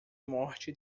morte